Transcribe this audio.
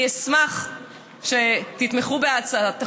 אני אשמח שתתמכו בהצעת החוק,